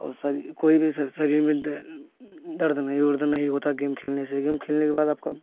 और शरी कोई भी शरीर में दर्द नहीं वर्द नहीं होता गेम खेलने से गेम खेलने के बाद आपका